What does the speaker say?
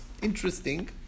Interesting